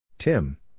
Tim